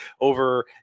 over